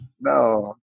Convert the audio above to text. No